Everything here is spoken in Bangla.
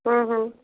হুম হুম